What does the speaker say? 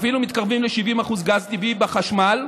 אפילו מתקרבים ל-70% גז טבעי בחשמל.